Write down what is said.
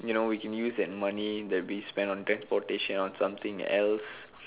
you know we can use that money that we spend on transportation on something else